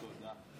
תודה.